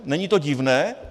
Není to divné?